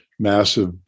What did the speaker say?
Massive